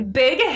big